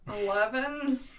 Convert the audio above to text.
Eleven